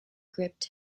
gripped